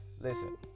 Listen